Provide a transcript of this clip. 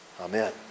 amen